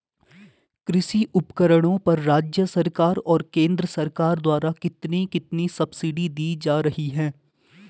कृषि उपकरणों पर राज्य सरकार और केंद्र सरकार द्वारा कितनी कितनी सब्सिडी दी जा रही है?